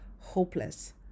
hopeless